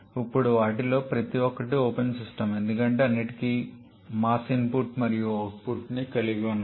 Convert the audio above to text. ఇప్పుడు వాటిలో ప్రతి ఒక్కటి ఓపెన్ సిస్టమ్స్ ఎందుకంటే అన్నింటికీ మాస్ ఇన్పుట్ మరియు అవుట్పుట్ ని కలిగి ఉన్నాయి